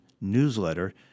newsletter